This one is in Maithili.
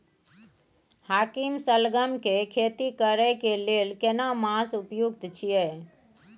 हाकीम सलगम के खेती करय के लेल केना मास उपयुक्त छियै?